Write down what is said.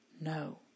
no